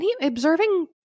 observing